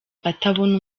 atabona